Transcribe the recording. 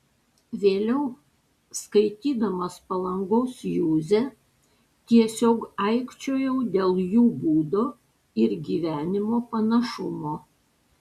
vėliau skaitydamas palangos juzę tiesiog aikčiojau dėl jų būdo ir gyvenimo panašumo